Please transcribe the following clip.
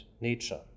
nature